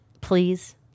please